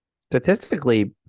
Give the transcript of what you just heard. Statistically